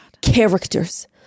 Characters